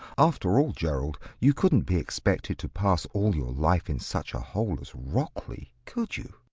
after all, gerald, you couldn't be expected to pass all your life in such a hole as wrockley, could you?